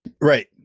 Right